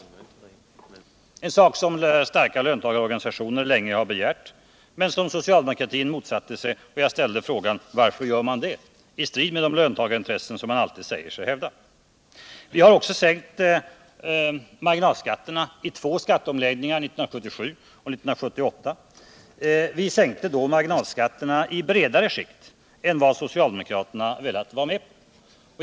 Det är en sak som starka löntagarorganisationer länge begärt, men som socialdemokratin motsatte sig. Jag ställde frågan: Varför gör man det i strid med de löntagarintressen man annars alltid säger sig hävda? Vi har också sänkt marginalskatterna i två skatteomläggningar, 1977 och 1978, i bredare skikt än vad socialdemokraterna velat vara med på.